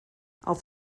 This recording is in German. auf